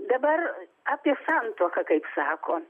dabar apie santuoką kaip sako